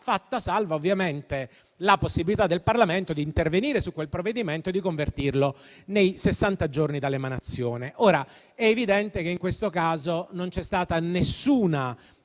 fatta salva, ovviamente, la possibilità del Parlamento di intervenire su quel provvedimento e di convertirlo entro sessanta giorni dall'emanazione. Ora, è evidente che, in questo caso, non c'è stata alcuna